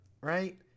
right